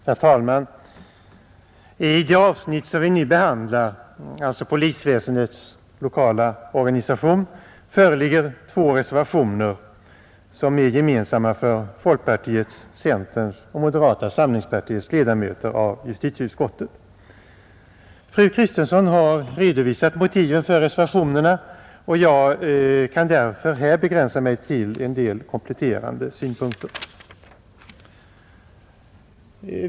Herr talman! I det avsnitt som vi nu behandlar, polisväsendets lokala organisation, föreligger två reservationer som är gemensamma för folkpartiets, centerns och moderata samlingspartiets ledamöter i justitieutskottet. Fru Kristensson har redovisat motiven för reservationerna, och jag kan därför här begränsa mig till en del kompletterande synpunkter.